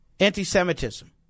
Anti-Semitism